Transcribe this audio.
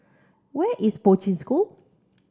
where is Poi Ching School